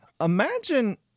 Imagine